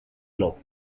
law